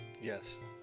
Yes